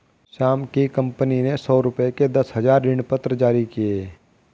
श्याम की कंपनी ने सौ रुपये के दस हजार ऋणपत्र जारी किए